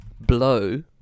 blow